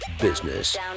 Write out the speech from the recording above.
business